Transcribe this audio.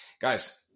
Guys